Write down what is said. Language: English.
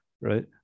right